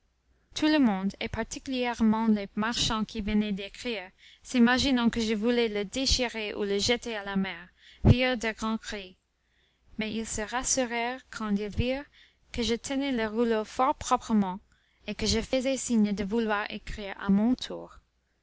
tout le monde et particulièrement les marchands qui venaient d'écrire s'imaginant que je voulais le déchirer ou le jeter à la mer firent de grands cris mais ils se rassurèrent quand ils virent que je tenais le rouleau fort proprement et que je faisais signe de vouloir écrire à mon tour